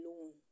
alone